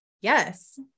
Yes